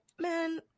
man